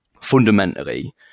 Fundamentally